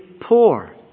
poor